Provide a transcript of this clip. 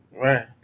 Right